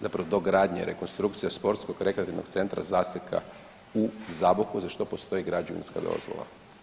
zapravo dogradnja i rekonstrukcija sportskog rekreativnog centra ZASEKA u Zaboku, za što postoji građevinska dozvola.